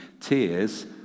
Tears